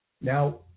Now